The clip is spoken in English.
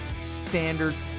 standards